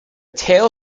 tail